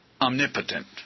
omnipotent